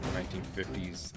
1950s